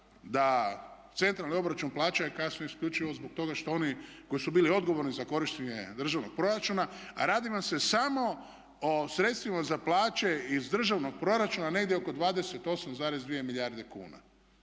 razloga, da COP je kasnio isključivo zbog toga što oni koji su bili odgovorni za korištenje državnog proračuna, a radi vam se samo o sredstvima za plaće iz državnog proračuna negdje oko 28,2 milijarde kuna.